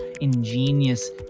ingenious